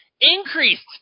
increased